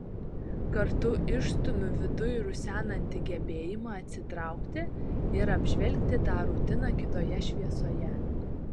kartu išstumiu viduj rusenantį gebėjimą atsitraukti ir apžvelgti tą rutiną kitoje šviesoje